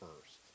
first